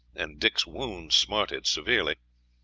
and dick's wound smarted severely,